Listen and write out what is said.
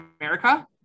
america